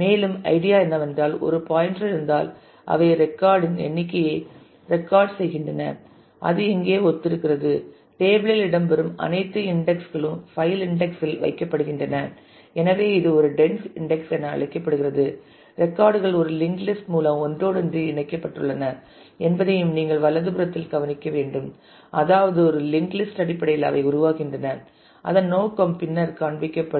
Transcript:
மேலும் ஐடியா என்னவென்றால் ஒரு பாயின்டர் இருந்தால் அவை ரெக்கார்ட் இன் எண்ணிக்கையை ரெக்கார்ட் செய்கின்றன அது இங்கே ஒத்திருக்கிறது டேபிள் இல் இடம்பெறும் அனைத்து இன்டெக்ஸ் களும் பைல் இன்டெக்ஸ் இல் வைக்கப்படுகின்றன எனவே இது ஒரு டென்ஸ் இன்டெக்ஸ் என அழைக்கப்படுகிறது ரெக்கார்ட் கள் ஒரு லிங்ட் லிஸ்ட் மூலம் ஒன்றோடொன்று இணைக்கப்பட்டுள்ளன என்பதையும் நீங்கள் வலதுபுறத்தில் கவனிக்க வேண்டும் அதாவது ஒரு லிங்ட் லிஸ்ட் அடிப்படையில் அவை உருவாகின்றன அதன் நோக்கம் பின்னர் காண்பிக்கப்படும்